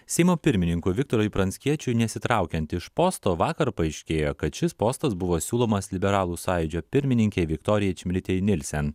seimo pirmininkui viktorui pranckiečiui nesitraukiant iš posto vakar paaiškėjo kad šis postas buvo siūlomas liberalų sąjūdžio pirmininkei viktorijai čmilytei nilsen